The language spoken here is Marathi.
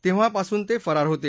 तेव्हापासून ते फरार होते